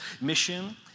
mission